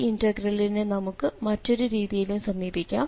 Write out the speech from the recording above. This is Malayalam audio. ഈ ഇന്റഗ്രലിനെ നമുക്ക് മറ്റൊരു രീതിയിലും സമീപിക്കാം